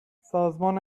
سازمان